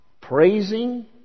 Praising